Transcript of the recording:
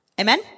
Amen